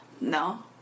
no